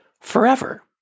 forever